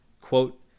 quote